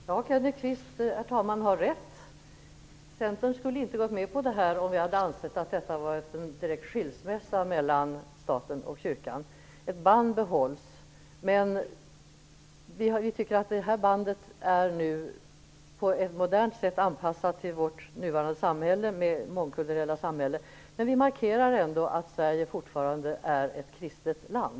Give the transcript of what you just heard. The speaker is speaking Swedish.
Herr talman! Kenneth Kvist har rätt - Centern skulle inte ha varit med på det här om vi hade ansett att detta var en direkt skilsmässa mellan staten och kyrkan. Ett band behålls. Vi tycker att det bandet nu på ett modernt sätt är anpassat till vårt nuvarande mångkulturella samhälle, men vi markerar ändå att Sverige fortfarande är ett kristet land.